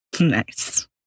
Nice